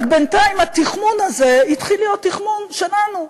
רק בינתיים התכמון הזה התחיל להיות תכמון שלנו.